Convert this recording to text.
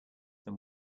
them